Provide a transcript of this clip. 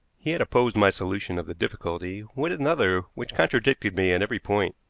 he had opposed my solution of the difficulty with another which contradicted me at every point,